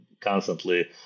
constantly